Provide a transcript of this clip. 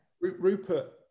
Rupert